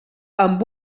amb